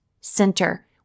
center